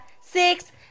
six